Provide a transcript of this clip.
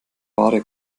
ware